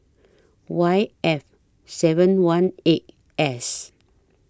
Y F seven one eight S